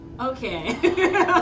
Okay